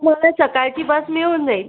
तुम्हाला सकाळची बस मिळून जाईल